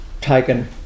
taken